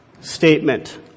statement